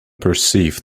perceived